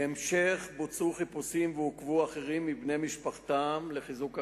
בהמשך בוצעו חיפושים ועוכבו אחרים מבני משפחתם לחיזוק הראיות.